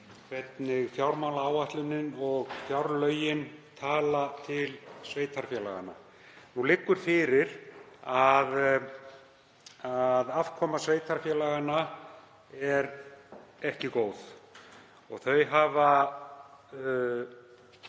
hvernig fjármálaáætlunin og fjárlögin tala til þeirra. Nú liggur fyrir að afkoma sveitarfélaganna er ekki góð. Þau hafa